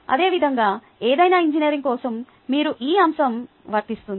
అదేవిధంగా ఏదైనా ఇంజనీరింగ్ కోసం మీరు ఈ అంశo వర్తిస్తుంది